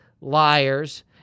liars